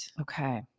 Okay